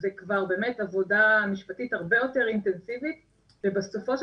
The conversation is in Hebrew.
זאת כבר באמת עבודה משפטית הרבה יותר אינטנסיבית ובסופו של